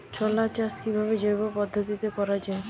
ছোলা চাষ কিভাবে জৈব পদ্ধতিতে করা যায়?